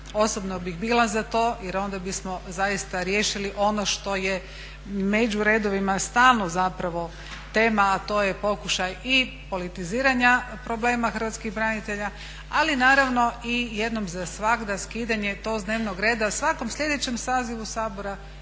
osobno bih bila za to jer onda bismo zaista riješili ono što je među redovima stalno zapravo tema, a to je pokušaj i politiziranja problema hrvatskih branitelja, ali naravno i jednom za svagda skidanje tog s dnevnog reda svakom sljedećem sazivu Sabora